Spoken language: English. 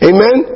Amen